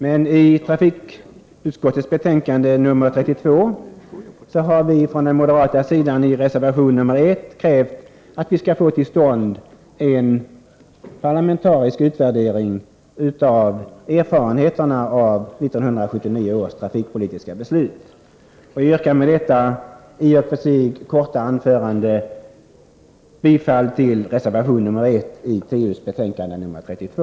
Men i trafikutskottets betänkande 32 har vi från den moderata sidan i reservationen krävt att vi skall få till stånd en parlamentarisk utvärdering vad avser erfarenheterna av 1979 års trafikpolitiska beslut. Jag yrkar med detta i och för sig korta anförande bifall till reservationen i trafikutskottets betänkande 32.